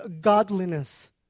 godliness